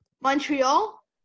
Montreal